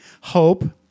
Hope